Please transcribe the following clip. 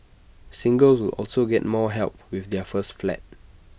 singles also get more help with their first flat